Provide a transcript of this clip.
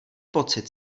pocit